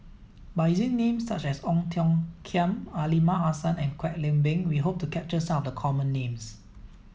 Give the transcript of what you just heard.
by using names such as Ong Tiong Khiam Aliman Hassan and Kwek Leng Beng we hope to capture some of the common names